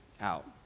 out